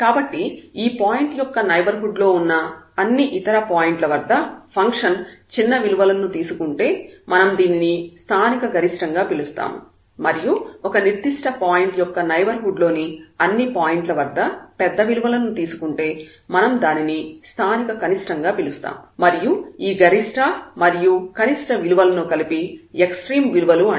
కాబట్టి ఈ పాయింట్ యొక్క నైబర్హుడ్ లో ఉన్న అన్ని ఇతర పాయింట్ల వద్ద ఫంక్షన్ చిన్న విలువలను తీసుకుంటే మనం దీనిని స్థానికగరిష్టం గా పిలుస్తాము మరియు ఒక నిర్దిష్ట పాయింట్ యొక్క నైబర్హుడ్ లోని అన్ని పాయింట్ల వద్ద పెద్ద విలువలను తీసుకుంటే మనం దానిని స్థానిక కనిష్టంగా పిలుస్తాము మరియు ఈ గరిష్ట మరియు కనిష్ట విలువలను కలిపి ఎక్స్ట్రీమ్ విలువలు అంటారు